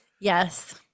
Yes